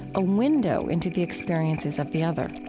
a window into the experiences of the other